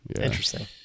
interesting